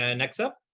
and next up.